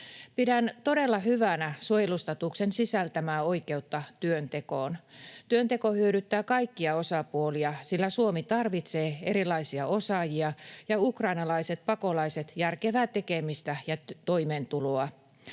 Pidän todella hyvänä suojelustatuksen sisältämää oikeutta työntekoon. Työnteko hyödyttää kaikkia osapuolia, sillä Suomi tarvitsee erilaisia osaajia ja ukrainalaiset pakolaiset järkevää tekemistä ja toimeentuloa.